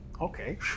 Okay